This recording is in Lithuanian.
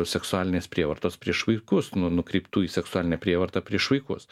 seksualinės prievartos prieš vaikus nu nukreiptų į seksualinę prievartą prieš vaikus